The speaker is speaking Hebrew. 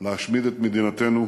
להשמיד את מדינתנו.